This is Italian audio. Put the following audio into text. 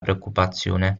preoccupazione